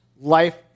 life